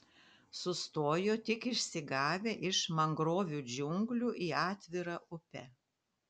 sustojo tik išsigavę iš mangrovių džiunglių į atvirą upę